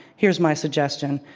here's my suggestion.